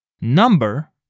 number